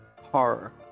horror